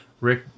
Rick